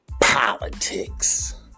politics